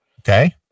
Okay